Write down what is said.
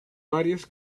varias